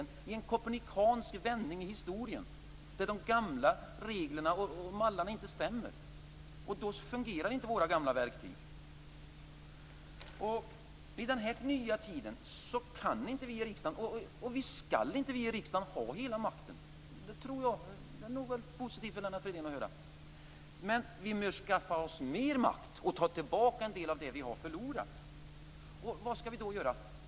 Vi upplever en kopernikansk vändning i historien, där de gamla reglerna och mallarna inte stämmer. Då fungerar inte våra gamla verktyg. I denna nya tid kan och skall inte vi i riksdagen ha hela makten. Det är nog positivt för Lennart Fridén att höra. Men vi måste skaffa oss mer makt och ta tillbaka en del av det vi har förlorat. Vad skall vi då göra?